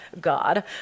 God